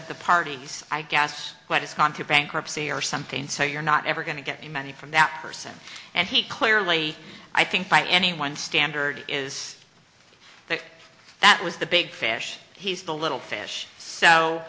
of the parties i guess what is contra bankruptcy or something so you're not ever going to get the money from that person and he clearly i think by anyone's standards is that that was the big fish he's the little fish